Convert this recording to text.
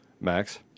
Max